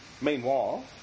Meanwhile